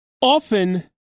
Often